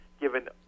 given